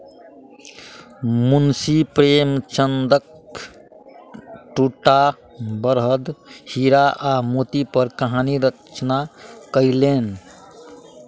मुंशी प्रेमचंदक दूटा बड़द हीरा आ मोती पर कहानी रचना कयलैन